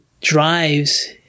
drives